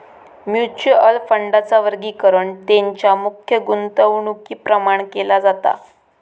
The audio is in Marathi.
म्युच्युअल फंडांचा वर्गीकरण तेंच्या मुख्य गुंतवणुकीप्रमाण केला जाता